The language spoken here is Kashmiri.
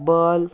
بال